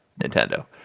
Nintendo